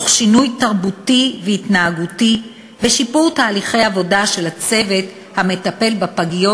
תוך שינוי תרבותי והתנהגותי ושיפור תהליכי עבודה של הצוות המטפל בפגיות.